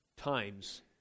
Times